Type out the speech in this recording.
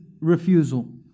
refusal